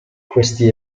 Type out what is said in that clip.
questi